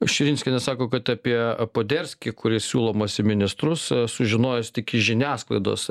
širinskienė sako kad apie poderskį kuris siūlomas į ministrus sužinojus tik iš žiniasklaidos